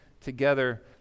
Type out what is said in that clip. together